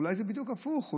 אולי זה בדיוק הפוך,